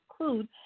include